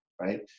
right